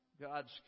God's